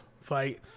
fight